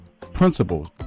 principles